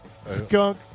skunk